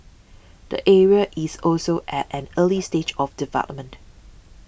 the area is also at an early stage of development